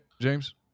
James